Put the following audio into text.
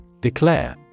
Declare